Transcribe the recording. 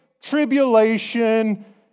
tribulation